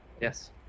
Yes